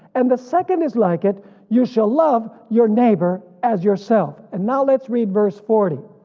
and the second is like it you shall love your neighbor as yourself. and now let's read verse forty.